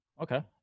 Okay